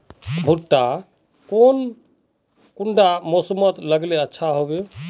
भुट्टा कौन कुंडा मोसमोत लगले अच्छा होबे?